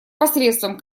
посредством